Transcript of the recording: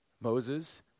Moses